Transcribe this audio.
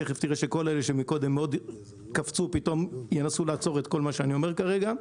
תיכף תראה שכל אלה שמקודם קפצו ינסו לעצור את כל מה שאני אומר כרגע.